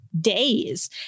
days